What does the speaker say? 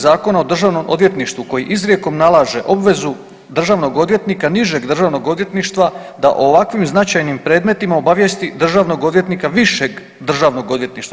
Zakona o državnom odvjetništvu koji izrijekom nalaže obvezu državnog odvjetnika nižeg državnog odvjetništva da o ovakvim značajnim predmetima obavijesti državnog odvjetnika višeg državnog odvjetništva.